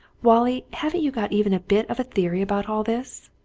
wallie, haven't you got even a bit of a theory about all this!